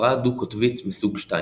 הפרעה דו-קוטבית מסוג II